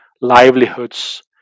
livelihoods